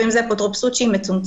לפעמים זה אפוטרופסות שהיא מצומצמת,